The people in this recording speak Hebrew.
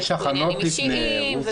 ויש עניינים אישיים.